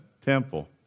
temple